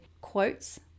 quotes